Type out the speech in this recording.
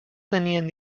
tenien